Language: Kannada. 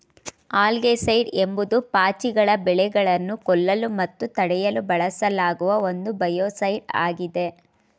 ಆಲ್ಗೆಸೈಡ್ ಎಂಬುದು ಪಾಚಿಗಳ ಬೆಳವಣಿಗೆಯನ್ನು ಕೊಲ್ಲಲು ಮತ್ತು ತಡೆಯಲು ಬಳಸಲಾಗುವ ಒಂದು ಬಯೋಸೈಡ್ ಆಗಿದೆ